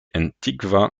antikva